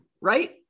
right